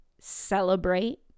Celebrate